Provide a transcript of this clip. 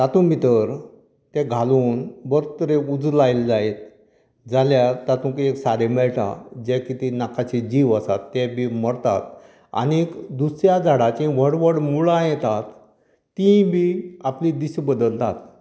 तातूंत भितर तें घालून बरे तरेन उजो लायल्लो जायत जाल्यार तातूंत एक सारें मेळटा जें कितें नाकाशें जीव आसात ते बी मरतात आनीक दुसऱ्या झाडाची व्हड व्हड मुळां येतात तींय बी आपली दिशा बदलतात